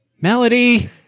Melody